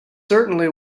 certainly